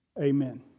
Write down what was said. Amen